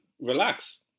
relax